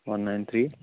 one nine three